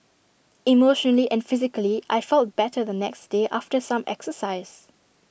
emotionally and physically I felt better the next day after some exercise